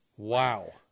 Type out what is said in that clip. Wow